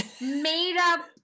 made-up